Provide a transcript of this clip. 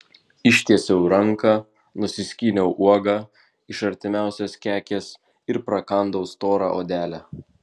ištiesiau ranką nusiskyniau uogą iš artimiausios kekės ir prakandau storą odelę